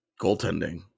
goaltending